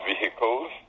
vehicles